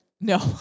no